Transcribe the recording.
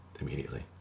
immediately